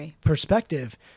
perspective